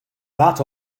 that